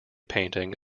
painting